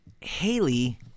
Haley